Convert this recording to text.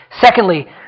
Secondly